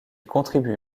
contribuent